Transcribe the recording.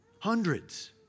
Hundreds